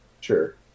sure